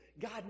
God